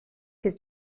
his